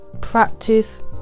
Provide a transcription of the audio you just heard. practice